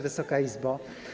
Wysoka Izbo!